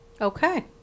Okay